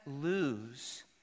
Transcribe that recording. lose